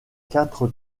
quatre